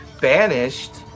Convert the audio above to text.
banished